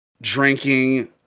drinking